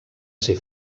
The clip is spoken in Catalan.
ser